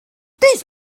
this